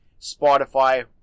Spotify